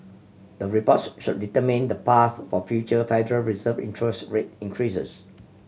the reports should determine the path for future Federal Reserve interest rate increases